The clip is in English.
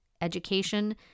education